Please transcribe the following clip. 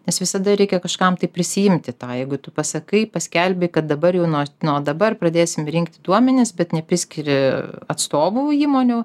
nes visada reikia kažkam tai prisiimti tą jeigu tu pasakai paskelbi kad dabar jau nuo nuo dabar pradėsim rinkti duomenis bet nepriskiri atstovų įmonių